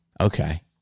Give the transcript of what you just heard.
Okay